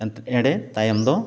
ᱮᱱᱛᱮᱫ ᱮᱸᱰᱮ ᱛᱟᱭᱚᱢ ᱫᱚ